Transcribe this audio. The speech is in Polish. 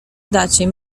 dacie